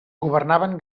governaven